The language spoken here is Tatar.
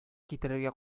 китерергә